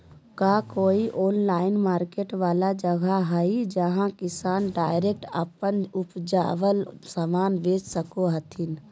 का कोई online market वाला जगह हइ जहां किसान डायरेक्ट अप्पन उपजावल समान बेच सको हथीन?